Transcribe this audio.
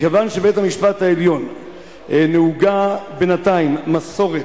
מכיוון שבבית-המשפט העליון נהוגה בינתיים מסורת,